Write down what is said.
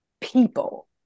people